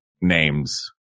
names